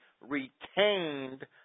retained